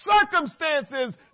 circumstances